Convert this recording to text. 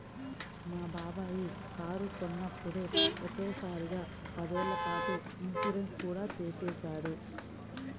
మా బాబాయి కారు కొన్నప్పుడే ఒకే సారిగా పదేళ్ళ పాటు ఇన్సూరెన్సు కూడా చేసేశాడు